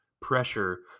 pressure